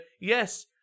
yes